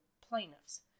plaintiffs